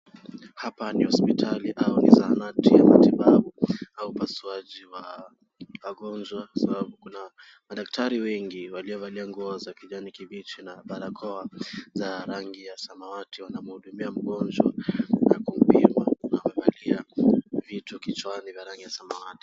Hapa ni hospitali au zahanati ya matibabu au upasuaji wa wagonjwa sababu kuna madaktari wengi waliovalia mavazi ya kijani kibichi na barakoa za rangi ya samawati wanamhudumia mgonjwa na kumpima na wamevalia vitu kichwani vya rangi ya samawati.